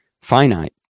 finite